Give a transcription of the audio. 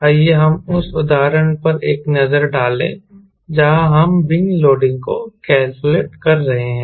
आइए हम उस उदाहरण पर एक नजर डालें जहां हम विंग लोडिंग को कैलकुलेट कर रहे हैं